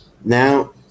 now